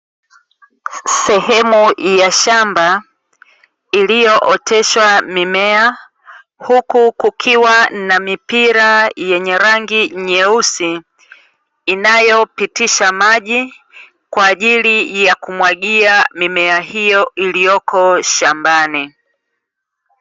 Sehemu ya shamba iliyooteshwa mimea, huku kukiwa na mipira yenye rangi nyeusi inayopitisha maji, kwa ajili ya kumwagia mimea hiyo iliyoko shambani.